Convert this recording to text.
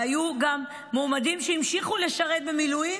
והיו גם מועמדים שהמשיכו לשרת במילואים,